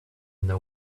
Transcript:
know